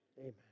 Amen